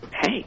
hey